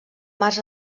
març